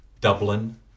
Dublin